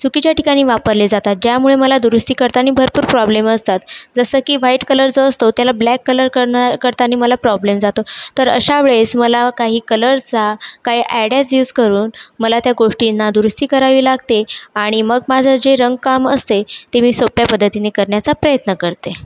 चुकीच्या ठिकाणी वापरले जातात ज्यामुळे मला दुरुस्ती करतानी भरपूर प्रॉब्लेम असतात जसं की व्हाईट कलर जो असतो त्याला ब्लॅक कलर करणा करतानी मला प्रॉब्लेम जातो तर अशा वेळेस मला काही कलर्सचा काही आयडेयाज युझ करून मला त्या गोष्टींना दुरुस्ती करावी लागते आणि मग माझं जे रंकाम असते ते मी सोप्या पद्धतीने करण्याचा प्रयत्न करते